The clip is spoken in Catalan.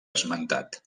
esmentat